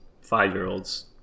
five-year-olds